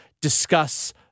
discuss